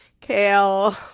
Kale